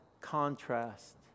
contrast